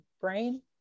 brain